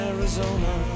Arizona